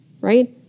right